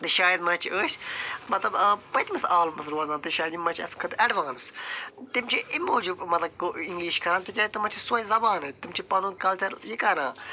شاید ما چھِ أسۍ مطلب آ پٔتِۍمس عالمس روزان تہٕ شاید یِم ما چھِ اَسہِ خٲطرٕ ایڈوانس تِم چھِ اَمہِ موٗجوٗب مطلب کٲ انگلِش کَران تِکیٛازِ تِمن چھِ سۄے زبان تِم چھِ پنُن کلچر یہِ کَران